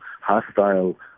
hostile